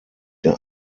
der